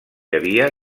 havia